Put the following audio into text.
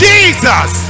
Jesus